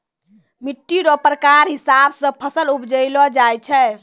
मिट्टी रो प्रकार हिसाब से फसल उपजैलो जाय छै